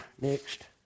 next